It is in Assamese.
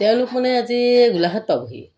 তেওঁলোক মানে আজি এই গোলাঘাট পাবহি